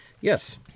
Yes